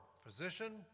Physician